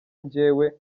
njyewe